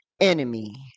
enemy